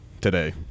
today